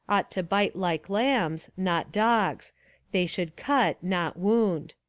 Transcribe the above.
ought to bite like lambs, not dogs they should cut, not wound.